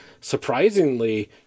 surprisingly